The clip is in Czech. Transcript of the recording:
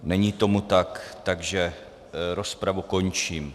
Není tomu tak, takže rozpravu končím.